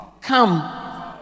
Come